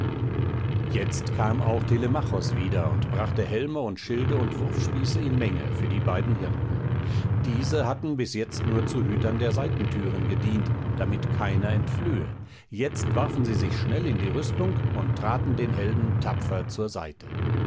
jetzt kam auch telemachos wieder und brachte helme und schilde und wurfspieße in menge für die beiden hirten diese hatten bis jetzt nur zu hütern der seitenthüren gedient damit keiner entflöhe jetzt warfen sie sich schnell in die rüstung und traten den helden tapfer zur seite